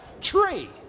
tree